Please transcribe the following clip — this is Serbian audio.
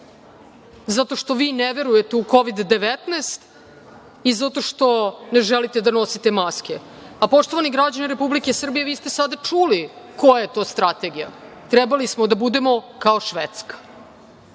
zato što vi ne verujete u Kovid – 19 i zato što ne želite da nosite maske. Poštovani građani Republike Srbije, vi ste sada čuli koja je to strategija. Trebali smo da budemo kao Švedska.